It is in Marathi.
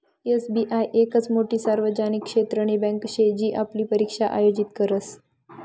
एस.बी.आय येकच मोठी सार्वजनिक क्षेत्रनी बँके शे जी आपली परीक्षा आयोजित करस